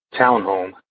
townhome